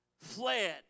fled